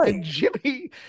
Jimmy